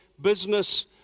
business